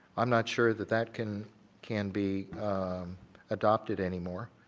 i'm not sure that that can can be adapted anymore.